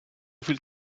viel